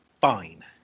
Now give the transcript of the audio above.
Fine